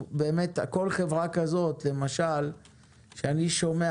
למשל כשאני שומע